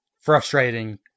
frustrating